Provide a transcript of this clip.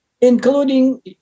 including